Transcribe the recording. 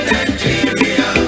Nigeria